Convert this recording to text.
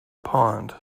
pond